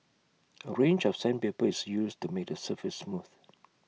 A range of sandpaper is used to make the surface smooth